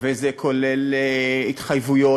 וזה כולל התחייבויות.